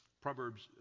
Proverbs